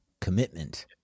Commitment